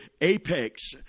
apex